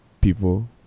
people